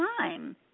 time